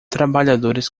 trabalhadores